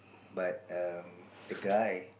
but um the guy